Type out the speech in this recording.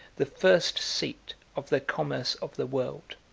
the first seat of the commerce of the world.